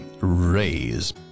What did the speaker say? raise